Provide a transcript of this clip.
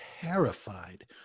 terrified